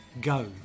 go